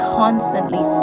constantly